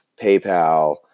PayPal